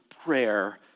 prayer